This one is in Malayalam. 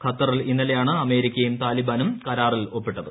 ഖത്തറിൽ ഇന്നലെയാണ് അമേരിക്കയും താലിബാനും കരാറിൽ ഒപ്പിട്ടത്